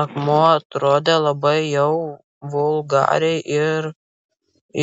akmuo atrodė labai jau vulgariai ir